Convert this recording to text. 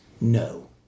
no